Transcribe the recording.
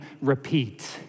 repeat